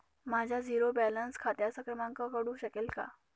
माझ्या zero balance खात्याचा क्रमांक कळू शकेल का?